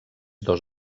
dos